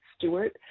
Stewart